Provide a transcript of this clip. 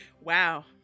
Wow